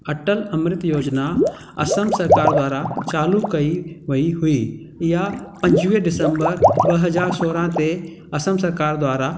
अटल अमरित योजना असम सरकार द्वारा चालू कई वई हुई इहा पंजुवीह ॾिसम्बर ॿ हज़ार सोरहं ते असम सरकार द्वारा